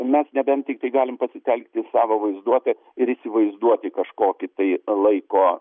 mes nebent tiktai galim pasitelkti savo vaizduotę ir įsivaizduoti kažkokį tai laiko